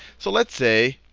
so let's say,